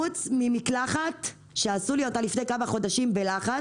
חוץ ממקלחת שעשו לי אותה לפני כמה חודשים בלחץ.